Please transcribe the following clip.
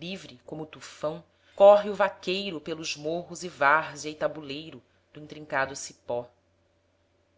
livre como o tufão corre o vaqueiro pelos morros e várzea e tabuleiro do intrincado cipó